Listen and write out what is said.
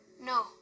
No